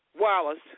Wallace